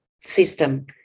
system